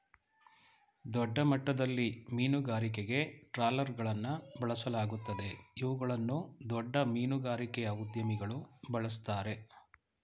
ದೊಡ್ಡಮಟ್ಟದಲ್ಲಿ ಮೀನುಗಾರಿಕೆಗೆ ಟ್ರಾಲರ್ಗಳನ್ನು ಬಳಸಲಾಗುತ್ತದೆ ಇವುಗಳನ್ನು ದೊಡ್ಡ ಮೀನುಗಾರಿಕೆಯ ಉದ್ಯಮಿಗಳು ಬಳ್ಸತ್ತರೆ